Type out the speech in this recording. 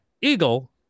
Eagle